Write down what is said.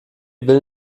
will